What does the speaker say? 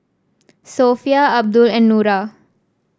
Sofea Abdul and Nura